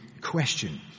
question